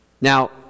Now